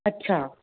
अच्छा